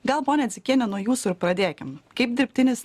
gal ponia dzikiene nuo jūsų ir pradėkim kaip dirbtinis